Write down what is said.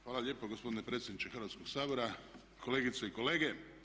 Hvala lijepo gospodine predsjedniče Hrvatskog sabora, kolegice i kolege.